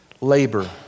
Labor